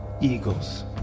Eagles